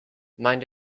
mind